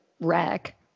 wreck